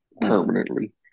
permanently